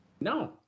No